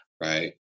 Right